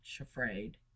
afraid